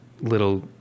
little